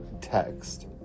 text